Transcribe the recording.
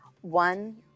one